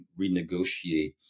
renegotiate